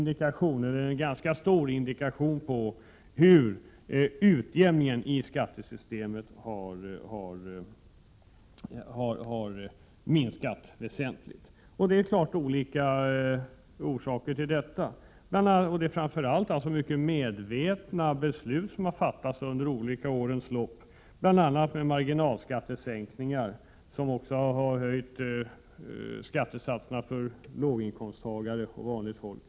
Detta är en ganska stor indikation på hur utjämningen i skattesystemet har minskat väsentligt. Det finns naturligtvis olika orsaker till detta, framför allt de mycket medvetna beslut som har fattats under årens lopp om bl.a. marginalskattesänkningar som höjt skattesatserna för låginkomsttagare och vanligt folk.